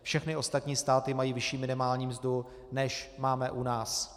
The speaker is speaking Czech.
Všechny ostatní státy mají vyšší minimální mzdu, než máme u nás.